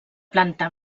planta